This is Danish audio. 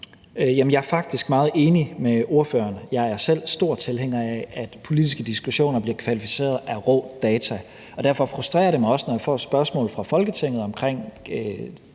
jeg er faktisk meget enig med ordføreren. Jeg er selv stor tilhænger af, at politiske diskussioner bliver kvalificeret af rå data, og derfor frustrerer det mig også, når jeg får et spørgsmål fra Folketinget omkring